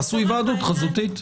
תעשו היוועדות חזותית.